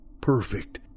Perfect